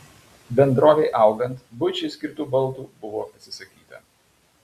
bendrovei augant buičiai skirtų baldų buvo atsisakyta